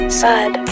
sad